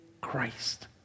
Christ